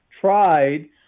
tried